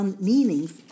meanings